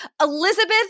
Elizabeth